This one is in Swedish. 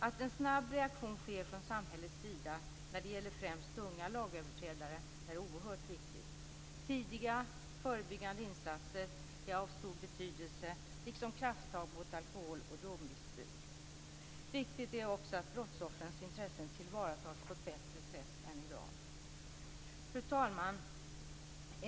Att en snabb reaktion sker från samhällets sida när det gäller främst unga lagöverträdare är oerhört viktigt. Tidiga, förebyggande insatser är av stor betydelse, liksom krafttag mot alkohol och drogmissbruk. Viktigt är också att brottsoffrens intressen tillvaratas på ett bättre sätt än i dag. Fru talman!